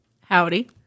Howdy